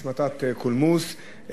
השמטת קולמוס,